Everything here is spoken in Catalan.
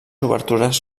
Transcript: obertures